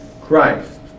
Christ